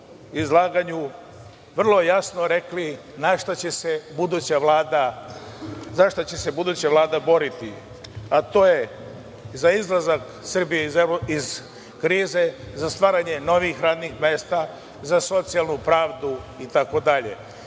izlaganju vrlo jasno rekli za šta će se buduća Vlada boriti, a to je za izlazak Srbije iz krize, za stvaranje novih radnih mesta, sa socijalnu pravdu